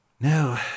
no